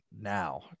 now